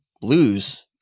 Blues